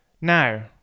Now